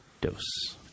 Dose